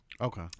Okay